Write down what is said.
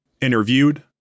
Interviewed